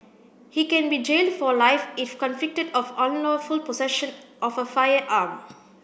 he can be jailed for life if convicted of unlawful possession of a firearm